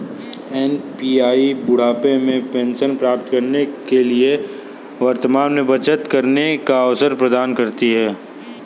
APY बुढ़ापे में pension प्राप्त करने के लिए वर्तमान में बचत करने का अवसर प्रदान करती है